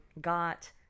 got